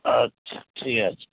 আচ্ছা ঠিক আছে